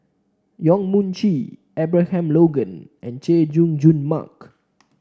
Yong Mun Chee Abraham Logan and Chay Jung Jun Mark